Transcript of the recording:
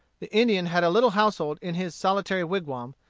the indian had a little household in his solitary wigwam,